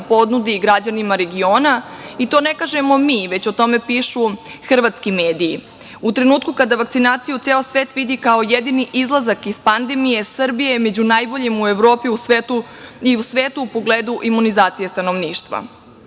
ponudi i građanima regiona, i to ne kažemo mi, već o tome pišu hrvatski mediji.U trenutku kada vakcinaciju ceo svet vidi kao jedini izlazak iz pademije, Srbija je među najboljim u Evropi i u svetu u pogledu imunizacije stanovništva.